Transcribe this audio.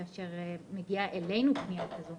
כאשר מגיעה אלינו פנייה כזאת